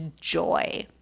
joy